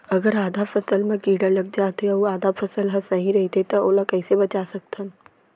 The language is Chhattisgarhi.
अगर आधा फसल म कीड़ा लग जाथे अऊ आधा फसल ह सही रइथे त ओला कइसे बचा सकथन?